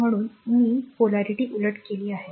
म्हणून मी ध्रुवीयता उलट केली आहे